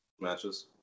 matches